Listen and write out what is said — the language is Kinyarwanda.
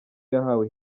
yahawe